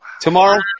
tomorrow